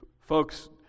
folks